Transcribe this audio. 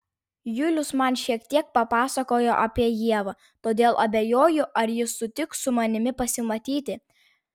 julius man šiek tiek papasakojo apie ievą todėl abejoju ar ji sutiks su manimi pasimatyti